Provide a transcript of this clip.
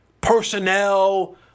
personnel